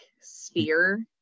sphere